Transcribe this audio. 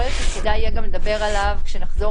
יכול להיות שכדאי יהיה לדבר עליו כשנחזור